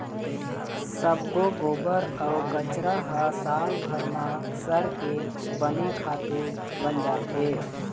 सब्बो गोबर अउ कचरा ह सालभर म सरके बने खातू बन जाथे